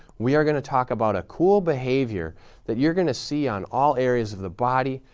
we are going to talk about a cool behavior that you're going to see on all areas of the body.